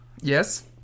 Yes